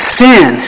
sin